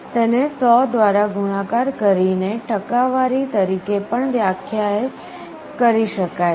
તેને 100 દ્વારા ગુણાકાર કરીને ટકાવારી તરીકે પણ વ્યક્ત કરી શકાય છે